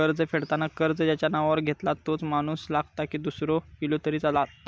कर्ज फेडताना कर्ज ज्याच्या नावावर घेतला तोच माणूस लागता की दूसरो इलो तरी चलात?